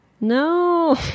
No